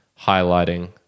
highlighting